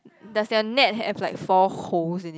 does your net have like four holes in it